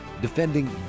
Defending